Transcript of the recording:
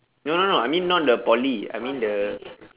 no no no I mean not the poly I mean the